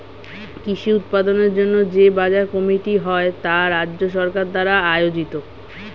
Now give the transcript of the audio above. কৃষি উৎপাদনের জন্য যে বাজার কমিটি হয় তা রাজ্য সরকার দ্বারা আয়োজিত